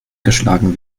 geschlagen